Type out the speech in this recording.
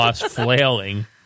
flailing